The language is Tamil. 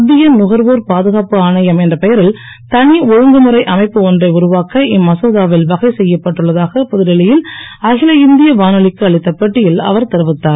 மத்திய நுகர்வோர் பாதுகாப்பு ஆணையம் என்ற பெயரில் தனி ஒழுங்கு முறை அமைப்பு ஒன்றை உருவாக்க இம்மசோதாவில் வகை செய்யப்பட்டுள்ளதாக புதுடெல்லியில் அகில இந்திய வனொலிக்கு அளித்த பேட்டியில் அவர் தெரிவித்தார்